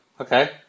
okay